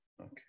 Okay